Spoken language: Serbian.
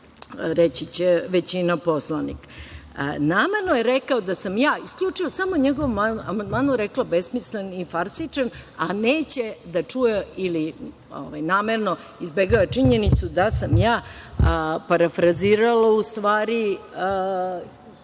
reći će većina poslanika. Namerno je rekao da sam ja, isključivo samo o njegovom amandmanu, rekla da je besmislen i farsičan, a neće da čuje ili namerno izbegava činjenicu da sam ja parafrazirala u stvari